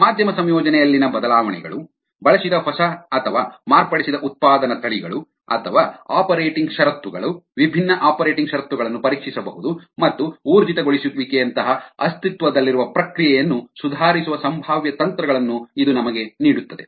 ಮಾಧ್ಯಮ ಸಂಯೋಜನೆಯಲ್ಲಿನ ಬದಲಾವಣೆಗಳು ಬಳಸಿದ ಹೊಸ ಅಥವಾ ಮಾರ್ಪಡಿಸಿದ ಉತ್ಪಾದನಾ ತಳಿಗಳು ಅಥವಾ ಆಪರೇಟಿಂಗ್ ಷರತ್ತುಗಳು ವಿಭಿನ್ನ ಆಪರೇಟಿಂಗ್ ಷರತ್ತುಗಳನ್ನು ಪರೀಕ್ಷಿಸಬಹುದು ಮತ್ತು ಊರ್ಜಿತಗೊಳಿಸುವಿಕೆಯಂತಹ ಅಸ್ತಿತ್ವದಲ್ಲಿರುವ ಪ್ರಕ್ರಿಯೆಯನ್ನು ಸುಧಾರಿಸುವ ಸಂಭಾವ್ಯ ತಂತ್ರಗಳನ್ನು ಇದು ನಮಗೆ ನೀಡುತ್ತದೆ